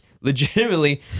legitimately